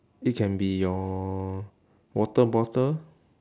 it can be your water bottle